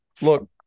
Look